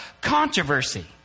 controversy